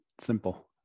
simple